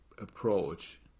approach